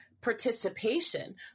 participation